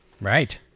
Right